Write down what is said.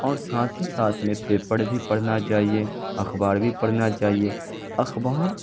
اور ساتھ ہی ساتھ میں پیپر بھی پڑھنا چاہیے اخبار بھی پڑھنا چاہیے اخبار